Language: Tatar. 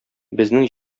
безнең